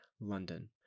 London